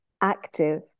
active